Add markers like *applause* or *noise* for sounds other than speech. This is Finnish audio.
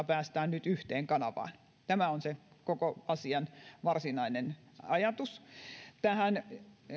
*unintelligible* päästään nyt yhteen kanavaan tämä on se koko asian varsinainen ajatus